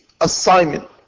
assignment